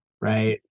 right